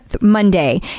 Monday